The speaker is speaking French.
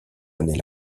année